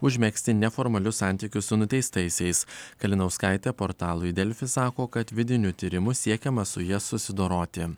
užmegzti neformalius santykius su nuteistaisiais kalinauskaitę portalui delfi sako kad vidiniu tyrimu siekiama su ja susidoroti